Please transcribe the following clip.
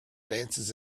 dances